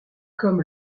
comme